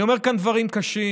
אני אומר כאן דברים קשים,